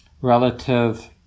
relative